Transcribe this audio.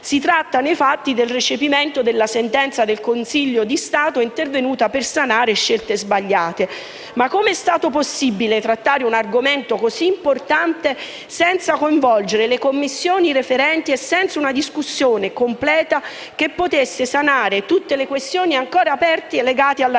si tratta nei fatti del recepimento della sentenza del Consiglio di Stato intervenuta per sanare scelte sbagliate. Mi chiedo però come sia stato possibile trattare un argomento così importante senza coinvolgere le Commissioni referenti e senza una discussione completa che potesse sanare del tutto le questioni ancora aperte legate alla disabilità.